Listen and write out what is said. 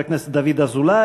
חברת הכנסת דוד אזולאי.